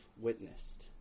witnessed